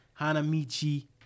Hanamichi